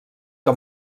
que